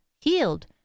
healed